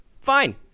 fine